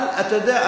אתה יודע,